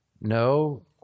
No